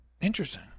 Interesting